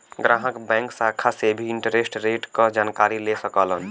ग्राहक बैंक शाखा से भी इंटरेस्ट रेट क जानकारी ले सकलन